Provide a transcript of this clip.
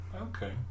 okay